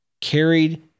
carried